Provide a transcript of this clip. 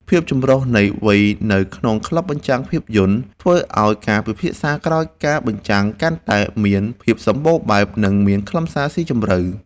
ភាពចម្រុះនៃវ័យនៅក្នុងក្លឹបបញ្ចាំងភាពយន្ត ធ្វើឱ្យការពិភាក្សាក្រោយការបញ្ចាំងកាន់តែមាន ភាពសម្បូរបែប និងមានខ្លឹមសារស៊ីជម្រៅ។